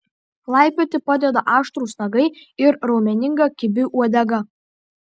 laipioti padeda aštrūs nagai ir raumeninga kibi uodega